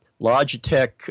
Logitech